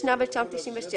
התשנ"ו 1996‏